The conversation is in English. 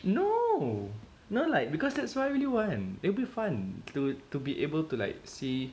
no no like because that's what I really want it'll be fun to be able to like see